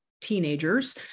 teenagers